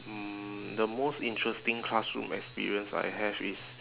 mm the most interesting classroom experience I have is